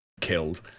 killed